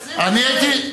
לך היו עושים את זה?